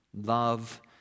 love